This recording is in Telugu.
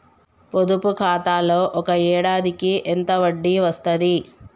పొదుపు ఖాతాలో ఒక ఏడాదికి ఎంత వడ్డీ వస్తది?